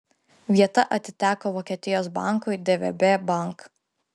vieta atiteko vokietijos bankui dvb bank